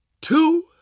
two